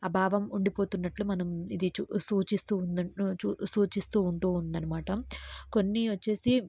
అభావం ఉండిపోతున్నట్లు మనం ఇది చూ సూచిస్తూ ఉంద సూచిస్తూ ఉంటూ ఉంది అనమాట కొన్ని వచ్చేసి